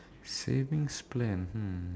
savings plan hmm